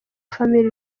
family